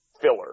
filler